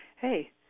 hey